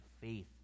faith